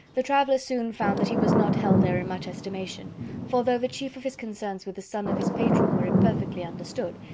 the travellers soon found that he was not held there in much estimation for though the chief of his concerns with the son of his patron were imperfectly understood,